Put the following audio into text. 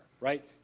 right